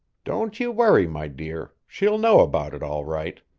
don't you worry, my dear. she'll know about it all right.